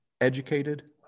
educated